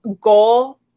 goal